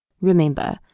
Remember